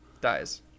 dies